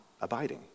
abiding